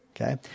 Okay